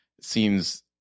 seems